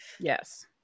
Yes